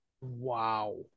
wow